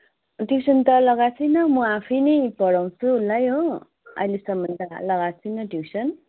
tuition त लगाएको छुइनँ म आफै नै पढाउँछु उसलाई हो अहिलेसम्म त लगाएको छुइनँ ट्युसन